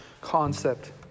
concept